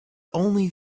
only